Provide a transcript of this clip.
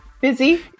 busy